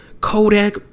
kodak